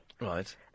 Right